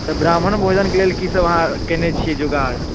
तऽ ब्राह्मण भोजन के लेल की सभ अहाँ केने छियै जुगाड़